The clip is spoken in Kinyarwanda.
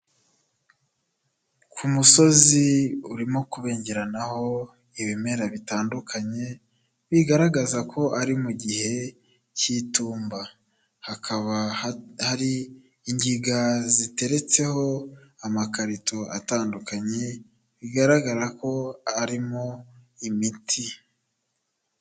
Ku musozi urimo kubengeranaho ibimera bitandukanye, bigaragaza ko ari mu gihe cy'itumba, hakaba hari ingiga ziteretseho amakarito atandukanye bigaragara ko arimo imiti.